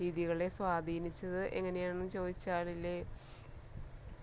രീതികളെയും സ്വാധീനിച്ചത് എങ്ങനെയാണെന്ന് ചോദിച്ചാൽ ഇത്